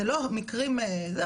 זה לא המקרים של האלה,